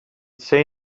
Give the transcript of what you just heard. say